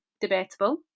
Debatable